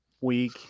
week